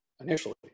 initially